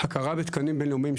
הכרה בתקנים בין-לאומיים,